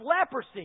leprosy